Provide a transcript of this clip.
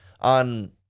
on